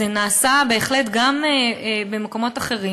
זה נעשה בהחלט גם במקומות אחרים,